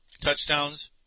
touchdowns